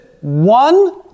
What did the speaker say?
one